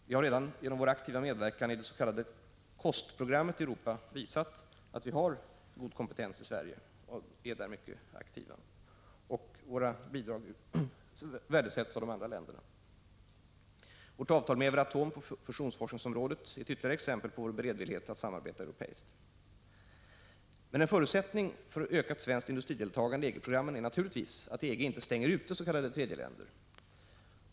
Vi har redan genom vår aktiva medverkan i det s.k. COST-programmet i Europa visat att vi har god kompetens i Sverige, och våra bidrag värdesätts av de andra länderna. Vårt avtal med Euratom på fusionsforskningsområdet är ytterligare ett exempel på vår beredvillighet att samarbeta europeiskt. Men en förutsättning för ökat svenskt industrideltagande i EG-programmen är naturligtvis att EG inte stänger ute s.k. tredje länder.